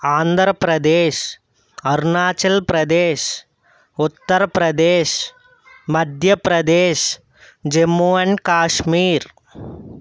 Andhra Pradesh Arunachal Pradesh Uttar Pradesh Madhya Pradesh Jammu and Kashmir